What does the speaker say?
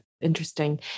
Interesting